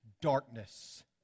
darkness